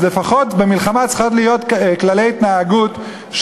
אז לפחות במלחמה צריכים להיות כללי התנהגות,